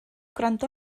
gwrando